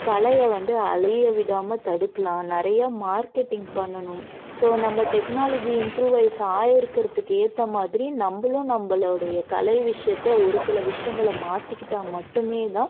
கலைய வந்து அழிய விடாமல் தடுக்கலாம் நிறையா மார்க்கெட்டிங் பண்ணணும் ஸோ நம்ப டெக்னாலஜி இம்ப்ரூவைஸ் ஆகிருக்கறதுக்கு ஏற்ற மாதிரி நம்பளும் நம்பளுடைய கலை விஷயத்த ஒரு சில விஷயங்கள மாற்றிக்கிட்டா மட்டுமே தான்